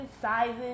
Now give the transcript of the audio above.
sizes